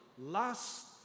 last